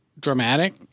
dramatic